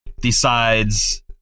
decides